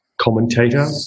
commentator